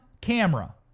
camera